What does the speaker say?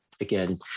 again